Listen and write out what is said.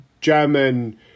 German